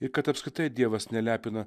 ir kad apskritai dievas nelepina